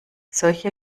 solche